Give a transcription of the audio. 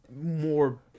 more